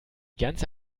ganze